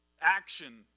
action